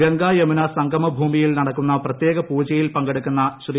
ഗംഗ യമുന സംഗമ ഭൂമിയിൽ നടക്കുന്ന പ്രത്യേക പൂജയിൽ പങ്കെടുക്കുന്ന ശ്രീ